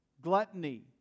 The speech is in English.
gluttony